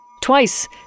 twice